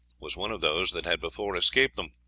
was one of those that had before escaped them.